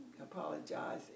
apologize